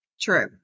true